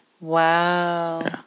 wow